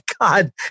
God